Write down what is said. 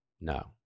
No